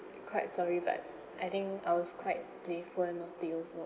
quite sorry but I think I was quite playful and naughty also